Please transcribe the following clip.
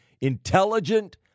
intelligent